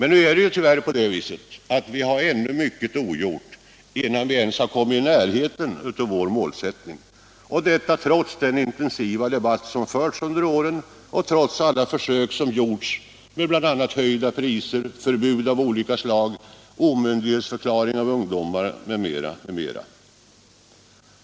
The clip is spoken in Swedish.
Nu är det tyvärr så att vi ännu har mycket ogjort, innan vi ens har kommit i närheten av vår målsättning — detta trots den intensiva debatt som förts under åren och trots alla försök som gjorts med bl.a. höjda priser, förbud av olika slag, omyndighetsförklaring av ungdomar m.m.